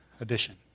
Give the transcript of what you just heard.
edition